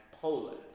Poland